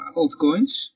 altcoins